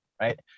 right